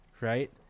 right